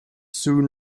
soon